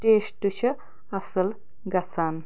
ٹیسٹہٕ چھُ اصٕل گَژھان